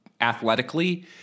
athletically